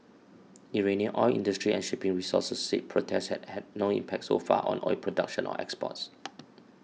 Iranian oil industry and shipping sources said protests have had no impact so far on oil production or exports